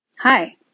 Hi